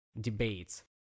debates